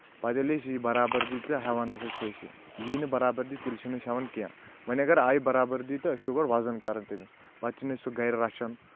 پَتہٕ ییٚلہِ أسۍ یہِ برابردی تہٕ ہؠوان ہسا چھِ أسۍ یہِ نہٕ برابردی تیٚلہِ چھِنہٕ أسۍ ہیٚوان کینٛہہ وۄنۍ اگر آیہِ برابردی تہٕ أسۍ چھِ گۄڈٕ وَزَن کَرَان تٔمِس پَتہٕ چھِنہٕ أسۍ سُہ گَرِ رَچھان